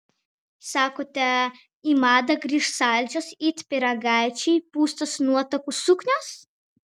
sakote į madą grįš saldžios it pyragaičiai pūstos nuotakų suknios